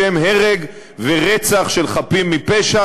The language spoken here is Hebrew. לשם הרג ורצח של חפים מפשע,